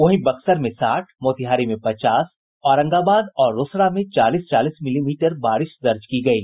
वहीं बक्सर में साठ मोतिहारी में पचास औरंगाबाद और रोसड़ा में चालीस चालीस मिलीमीटर बारिश दर्ज की गयी